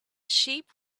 sheep